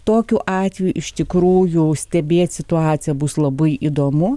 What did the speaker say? tokiu atveju iš tikrųjų stebėt situaciją bus labai įdomu